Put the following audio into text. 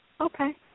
Okay